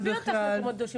עזבי אותך מקומות קדושים,